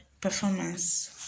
performance